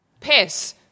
Piss